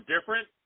different